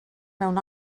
mewn